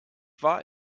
war